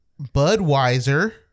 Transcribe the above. Budweiser